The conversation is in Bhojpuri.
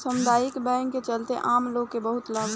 सामुदायिक बैंक के चलते आम लोग के बहुत लाभ होता